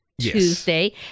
Tuesday